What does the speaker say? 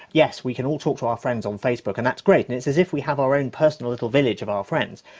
yes, we can all talk to our friends on facebook and that's great and it's as if we have our own personal village of our friends,